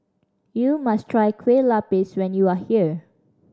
you must try Kueh Lapis when you are here